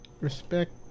respect